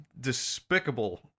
despicable